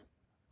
pl